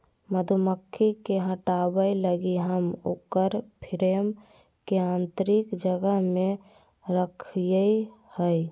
मधुमक्खी के हटाबय लगी हम उकर फ्रेम के आतंरिक जगह में रखैय हइ